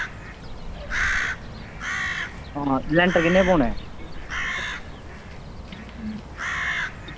आं लैंटर किन्ने पौने